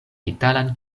italan